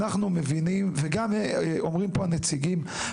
אנחנו מבינים וגם אומרים פה הנציגים,